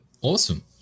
awesome